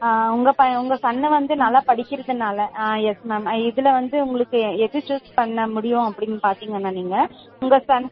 ஆ உங்கள் ப உங்கள் சன்னு வந்து நல்லா படிக்கிறதுனால ஆ எஸ் மேம் இதில் வந்து உங்களுக்கு எது சூஸ் பண்ண முடியும் அப்படின்னு பார்த்தீங்கன்னா நீங்கள் உங்கள் சன்